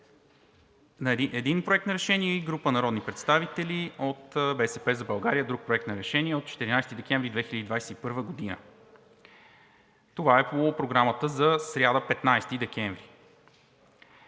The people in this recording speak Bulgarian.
– един Проект на решение, и група народни представители от „БСП за България“ – друг Проект на решение, на 14 декември 2021 г. Това е по Програмата за сряда, 15 декември